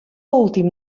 últim